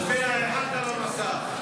מופיע למטה במסך.